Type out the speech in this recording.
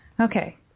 Okay